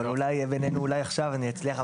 אבל אולי עכשיו אני אצליח.